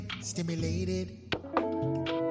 stimulated